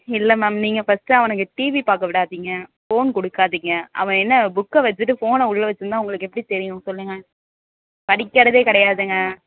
இல்லை மேம் நீங்கள் ஃபஸ்ட்டு அவனுக்கு டிவி பார்க்க விடாதீங்க ஃபோன் கொடுக்காதீங்க அவன் என்ன புக்கை வச்சுட்டு ஃபோனை உள்ளே வச்சுருந்தா உங்களுக்கு எப்படி தெரியும் சொல்லுங்க படிக்கிறதே கிடையாதுங்க